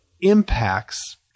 impacts